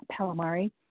Palomari